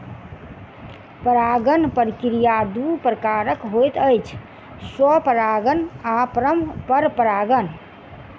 परागण प्रक्रिया दू प्रकारक होइत अछि, स्वपरागण आ परपरागण